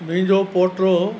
मुंहिंजो पोटो